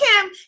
kim